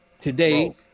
Today